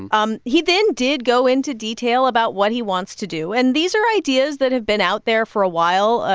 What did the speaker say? and um he then did go into detail about what he wants to do. and these are ideas that have been out there for a while,